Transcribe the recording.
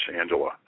Angela